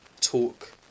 talk